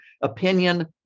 opinion